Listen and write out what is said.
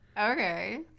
Okay